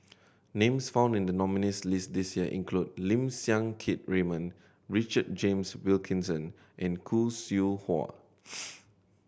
names found in the nominees' list this year include Lim Siang Keat Raymond Richard James Wilkinson and Khoo Seow Hwa